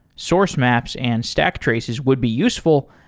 source maps and stack traces would be useful,